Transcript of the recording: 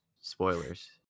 Spoilers